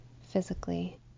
physically